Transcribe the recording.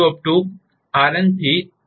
Rn R